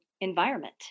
environment